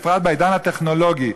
בפרט בעידן הטכנולוגי,